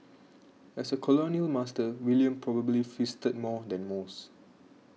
as a colonial master William probably feasted more than most